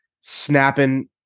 snapping